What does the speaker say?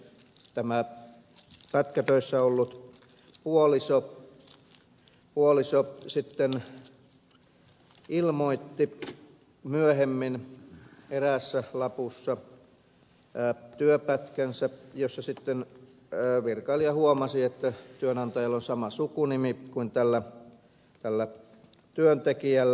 tämä pätkätöissä ollut puoliso sitten ilmoitti myöhemmin työpätkänsä eräässä lapussa josta sitten virkailija huomasi että työnantajalla on sama sukunimi kuin tällä työntekijällä